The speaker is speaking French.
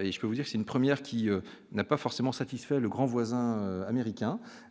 et je peux vous dire, c'est une première qui n'a pas forcément satisfait le grand voisin américain